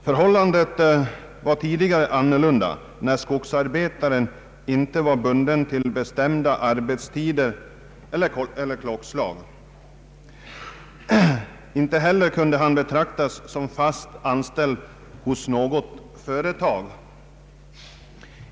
Förhållandet var tidigare annorlunda, när skogsarbetaren inte var bunden till bestämda arbetstider eller klockslag. Inte heller kunde han betraktas som fast anställd hos något företag.